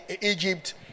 Egypt